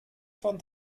von